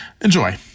enjoy